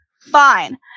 Fine